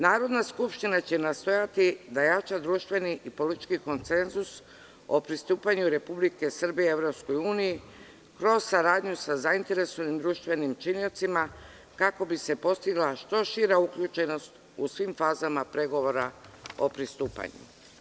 Narodna skupština će nastojati da jača društveni i politički konsenzus o pristupanju Republike Srbije EU kroz saradnju sa zainteresovanim društvenim činiocima, kako bi se postigla što šira uključenost u svim fazama pregovora o pristupanju.